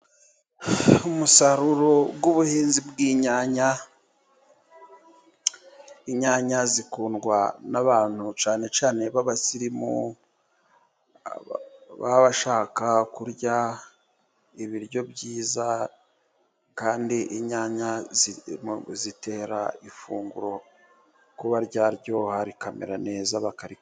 Umusaruro w'ubuhinzi bw'inyanya, inyanya zikundwa n'abantu cyane cyane b'abasirimu baba bashaka kurya ibiryo byiza, kandi inyanya zitera ifunguro kuba ryaryoha rikamera neza bakarirya.